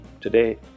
Today